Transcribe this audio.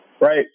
right